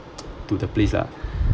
to the place lah